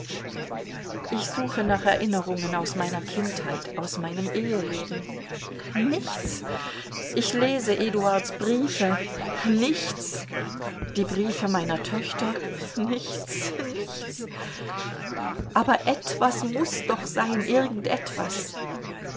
ich suche nach erinnerungen aus meiner kindheit aus meinem eheleben nichts ich lese eduards briefe nichts die briefe meiner töchter nichts nichts aber etwas muß doch sein irgend etwas